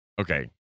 Okay